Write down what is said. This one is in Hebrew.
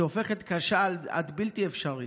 שהופכת קשה עד בלתי אפשרית.